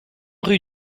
rue